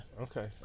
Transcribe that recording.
Okay